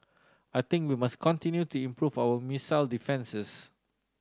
I think we must continue to improve our missile defences